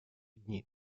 недели